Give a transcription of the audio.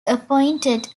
appointed